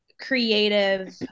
creative